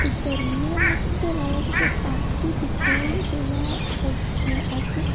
ते गर्मियें दा मोसम चला दा ते तुस आपूं गै दिक्खो जेल्लै अस